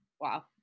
wow